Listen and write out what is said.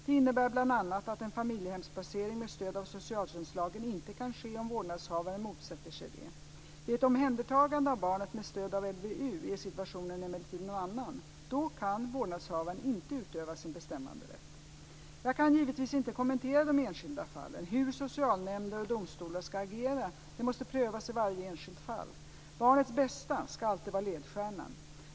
Det innebär bl.a. att en familjehemsplacering med stöd av socialtjänstlagen inte kan ske om vårdnadshavaren motsätter sig det. Vid ett omhändertagande av barnet med stöd av LVU är situationen emellertid en annan. Då kan vårdnadshavaren inte utöva sin bestämmanderätt. Jag kan givetvis inte kommentera de enskilda fallen. Hur socialnämnder och domstolar ska agera måste prövas i varje enskilt fall. Barnets bästa ska alltid vara ledstjärnan.